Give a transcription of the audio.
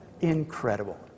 Incredible